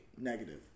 negative